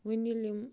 وۄنۍ ییٚلہِ یِم